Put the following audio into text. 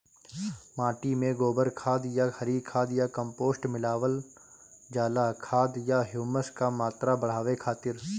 माटी में गोबर खाद या हरी खाद या कम्पोस्ट मिलावल जाला खाद या ह्यूमस क मात्रा बढ़ावे खातिर?